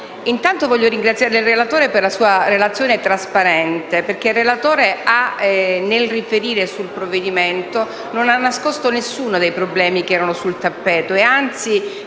Intanto desidero ringraziare il relatore per la sua relazione trasparente: il relatore, nel riferire sul provvedimento, non ha nascosto alcuno dei problemi sul tappeto e, anzi,